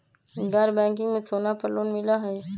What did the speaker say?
गैर बैंकिंग में सोना पर लोन मिलहई?